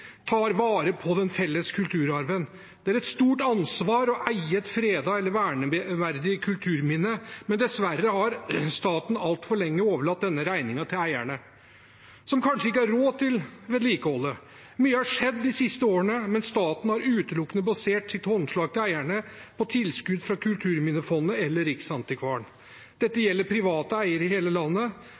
tar vare på den felles kulturarven. Det er et stort ansvar å eie et fredet eller verneverdig kulturminne, men dessverre har staten altfor lenge overlatt denne regningen til eierne, som kanskje ikke har råd til vedlikeholdet. Mye har skjedd de siste årene, men staten har utelukkende basert sitt håndslag til eierne på tilskudd fra kulturminnefondet eller Riksantikvaren. Dette gjelder private eiere i hele landet,